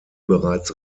bereits